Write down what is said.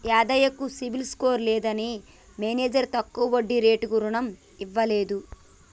యాదయ్య కు CIBIL score లేదని manager తక్కువ వడ్డీ రేటుకు రుణం ఇవ్వలేదు